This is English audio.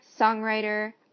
songwriter